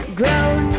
grown